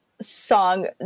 song